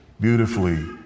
beautifully